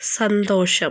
സന്തോഷം